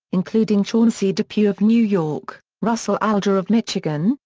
including chauncey depew of new york, russell alger of michigan,